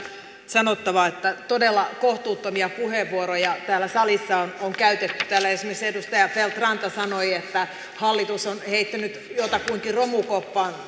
sanottava että todella kohtuuttomia puheenvuoroja täällä salissa on käytetty täällä esimerkiksi edustaja feldt ranta sanoi että hallitus on heittänyt jotakuinkin romukoppaan